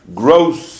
gross